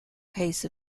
case